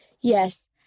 Yes